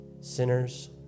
sinners